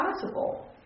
possible